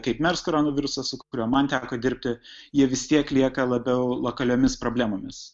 kaip mers koronavirusas su kuriuo man teko dirbti jie vis tiek lieka labiau lokaliomis problemomis